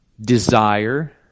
desire